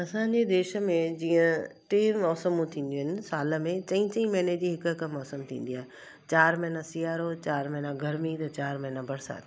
असांजे देश में जीअं टे मौसमूं थींदियूं आहिनि साल में चई चई महीने जी हिक हिक मौसम थींदी आहे चारि महीना सियारो चारि महीना गर्मी चारि महीना बरसाति